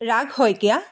Rag Saikia